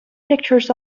pictures